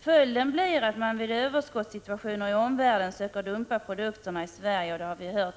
Följden blir, såsom tidigare talare har påpekat, att man vid överskottssituationer i omvärlden försöker dumpa produkterna i Sverige. Vi har